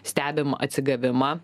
stebim atsigavimą